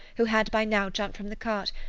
who had by now jumped from the cart,